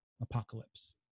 apocalypse